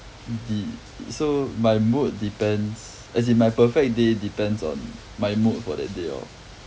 de~ so my mood depends as in my perfect day depends on my mood for that day lor